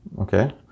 Okay